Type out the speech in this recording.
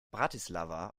bratislava